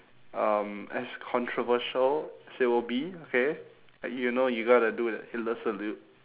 um as controversial as it will be okay and you know you gotta do the hitler salute